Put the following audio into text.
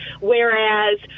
whereas